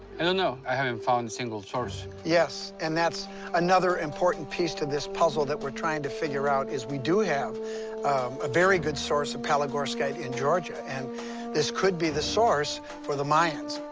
i don't know. i haven't found a single source. yes, and that's another important piece to this puzzle that we're trying to figure out, as we do have a very good source of palygorskite in georgia. and this could be the source for the mayans,